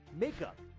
makeup